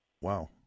Wow